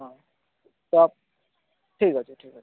ହଁ ତ ଠିକ୍ ଅଛି ଠିକ୍ ଅଛି